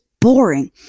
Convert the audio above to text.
boring